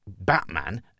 Batman